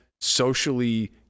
socially